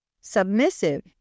submissive